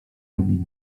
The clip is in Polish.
robili